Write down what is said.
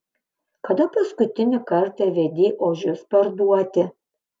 kada paskutinį kartą vedei ožius parduoti